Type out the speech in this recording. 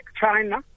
China